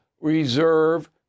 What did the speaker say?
reserve